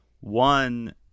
One